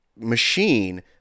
machine